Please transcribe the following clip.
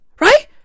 right